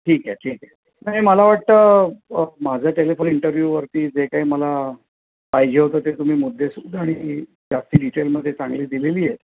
ठीक आहे ठीक आहे म्हणजे मला वाटतं माझ्या टेलिफोन इंटरव्ह्यूवरती जे काही मला पाहिजे होतं ते तुम्ही मुद्देसूद आणि ते जास्ती डिटेलमध्ये चांगली दिलेली आहे